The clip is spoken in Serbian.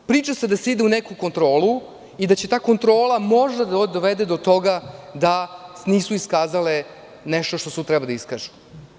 Priča se da se ide u neku kontrolu i da će ta kontrola možda da dovede do toga da nisu iskazale nešto što su trebale da iskažu.